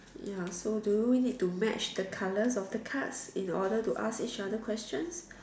ya so do we need to match the colours of the cards in order to ask each other questions